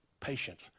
patience